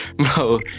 No